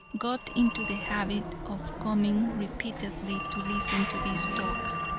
got into the habit of coming repeatedly to listen to these talks,